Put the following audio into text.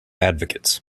advocates